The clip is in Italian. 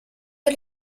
per